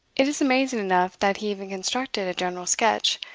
it is amazing enough that he even constructed a general sketch,